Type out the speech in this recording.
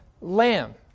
Lamb